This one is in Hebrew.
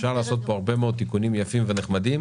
אפשר לעשות פה הרבה מאוד תיקונים יפים ונחמדים,